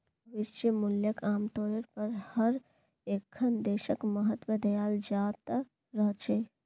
भविष्य मूल्यक आमतौरेर पर हर एकखन देशत महत्व दयाल जा त रह छेक